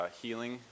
healing